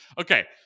Okay